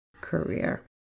career